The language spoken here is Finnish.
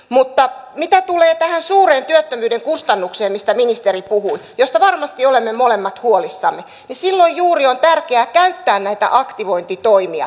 mutta mitä tulee tähän suureen työttömyyden kustannukseen mistä ministeri puhui josta varmasti olemme molemmat huolissamme niin silloin juuri on tärkeää käyttää näitä aktivointitoimia